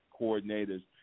coordinators